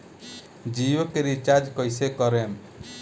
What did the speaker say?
जियो के रीचार्ज कैसे करेम?